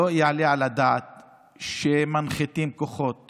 לא יעלה על הדעת שמנחיתים כוחות